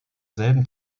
selben